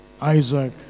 Isaac